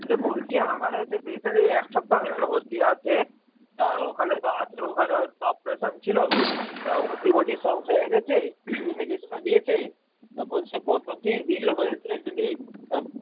আচ্ছা বলছি আমার হচ্ছে প্রেশারে এক সপ্তাহ হয়ে গেল ভর্তি আছে তা ওখানে তো আছে ওখানে তো অপারেশান ছিলো তা অতি ভর্তি সব হয়ে গেছে মেডিসিনও দিয়েছে তা বলছি কত কি বিল হয়েছে যদি